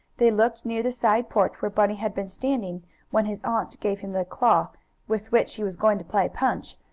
they looked near the side porch where bunny had been standing when his aunt gave him the claw with which he was going to play punch,